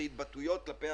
את ההתבטאויות כלפי